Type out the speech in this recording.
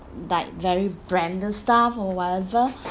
like very branded stuff or whatever